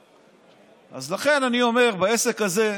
אז לכן אני אומר, בעסק הזה,